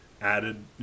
added